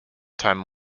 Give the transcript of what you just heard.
time